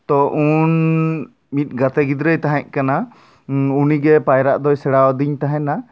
ᱛᱚ ᱩᱱ ᱢᱤᱫ ᱜᱟᱛᱮ ᱜᱤᱫᱽᱨᱟᱹᱭ ᱛᱟᱦᱮᱸᱫ ᱠᱟᱱᱟ ᱩᱱᱤ ᱜᱮ ᱯᱟᱭᱨᱟᱜ ᱫᱚᱭ ᱥᱮᱲᱟᱣᱫᱤᱧ ᱛᱟᱦᱮᱱᱟ